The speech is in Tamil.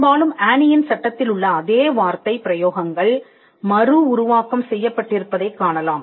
பெரும்பாலும் ஆனியின் சட்டத்திலுள்ள அதே வார்த்தை பிரயோகங்கள் மறு உருவாக்கம் செய்யப்பட்டிருப்பதைக் காணலாம்